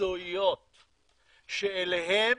מקצועיות שאליהן